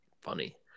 funny